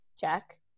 Check